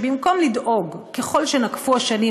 וככל שנקפו השנים,